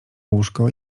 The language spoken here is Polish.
łóżko